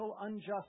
unjust